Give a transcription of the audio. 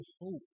hope